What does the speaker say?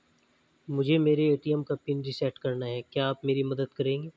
मुझे मेरे ए.टी.एम का पिन रीसेट कराना है क्या आप मेरी मदद करेंगे?